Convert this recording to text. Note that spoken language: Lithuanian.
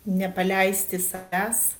nepaleisti savęs